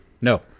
No